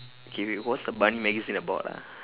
K wait what was the bunny magazine about ah